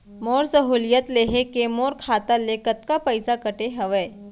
मोर सहुलियत लेहे के मोर खाता ले कतका पइसा कटे हवये?